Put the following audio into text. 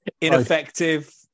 Ineffective